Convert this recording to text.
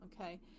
okay